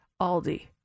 Aldi